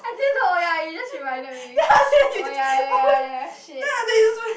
i didn't know ya you just reminded me oh ya ya ya ya shit